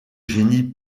génie